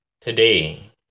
Today